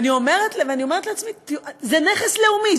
אני אומרת לעצמי: זה נכס לאומי,